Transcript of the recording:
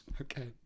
Okay